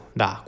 da